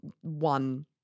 one